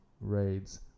raids